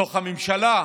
בתוך הממשלה,